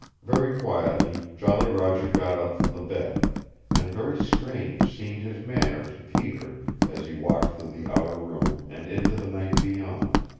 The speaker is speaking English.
very quietly jolly roger got up from the bed and very strange seemed his manner to peter as he walked through the outer room and into the night beyond.